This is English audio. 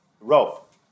rope